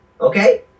Okay